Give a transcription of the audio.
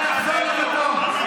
נא לחזור למקום.